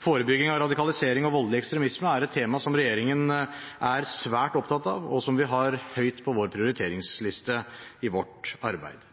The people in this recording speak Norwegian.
Forebygging av radikalisering og voldelig ekstremisme er et tema som regjeringen er svært opptatt av, og som vi har høyt på vår prioriteringsliste i vårt arbeid.